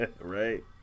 Right